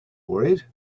worried